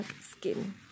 skin